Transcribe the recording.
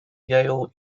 yale